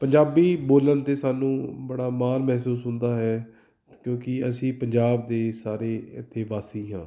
ਪੰਜਾਬੀ ਬੋਲਣ 'ਤੇ ਸਾਨੂੰ ਬੜਾ ਮਾਣ ਮਹਿਸੂਸ ਹੁੰਦਾ ਹੈ ਕਿਉਂਕਿ ਅਸੀਂ ਪੰਜਾਬ ਦੇ ਸਾਰੇ ਇੱਥੇ ਵਾਸੀ ਹਾਂ